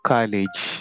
College